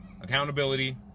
Accountability